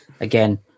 again